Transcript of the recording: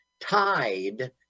tied